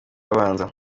abanza